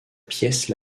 pièce